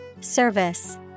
Service